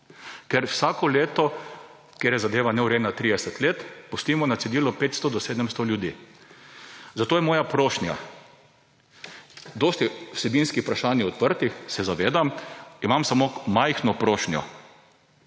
ker vsako leto, ker je zadeva neurejena 30 let, pustimo na cedilu 500 do 700 ljudi. Zato je moja prošnja. Dosti vsebinskih vprašanj je odprtih, se zavedam, imam samo majhno prošnjo